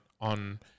on